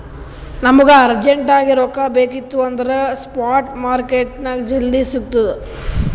ನಮುಗ ಅರ್ಜೆಂಟ್ ಆಗಿ ರೊಕ್ಕಾ ಬೇಕಿತ್ತು ಅಂದುರ್ ಸ್ಪಾಟ್ ಮಾರ್ಕೆಟ್ನಾಗ್ ಜಲ್ದಿ ಸಿಕ್ತುದ್